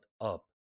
up